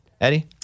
Eddie